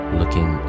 looking